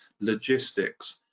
logistics